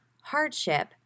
hardship